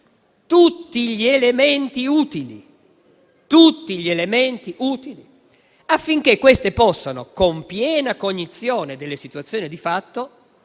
tutti gli elementi utili affinché queste possano, con piena cognizione delle situazioni di fatto,